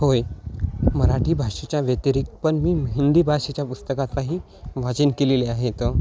होय मराठी भाषेच्या व्यतिरिक् पण मी हिंदी भाषेच्या पुस्तकाचंही वाचन केलेली आहेत